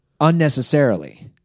unnecessarily